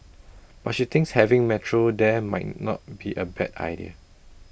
but she thinks having metro there may not be A bad idea